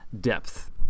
depth